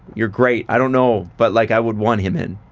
you're great. i don't know. but like, i would want him in.